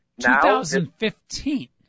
2015